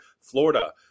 Florida